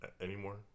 anymore